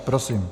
Prosím.